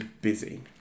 busy